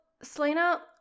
Selena